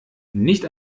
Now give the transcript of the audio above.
nicht